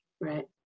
right